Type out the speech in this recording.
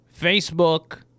Facebook